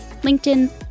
LinkedIn